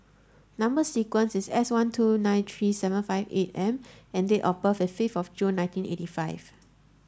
number sequence is S one two nine three seven five eight M and date of birth is fifth June nineteen eighty five